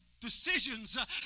decisions